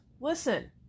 Listen